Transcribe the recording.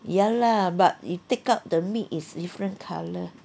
ya lah but you take up the meat is different colour